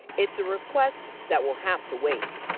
it's a request that we'll have to wait.